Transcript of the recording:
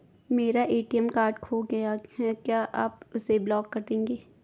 मेरा ATM card खो गया है क्या आप उसे ब्लॉक कर देंगे?